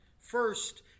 First